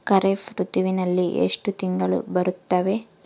ಖಾರೇಫ್ ಋತುವಿನಲ್ಲಿ ಎಷ್ಟು ತಿಂಗಳು ಬರುತ್ತವೆ?